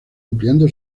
ampliando